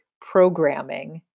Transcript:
programming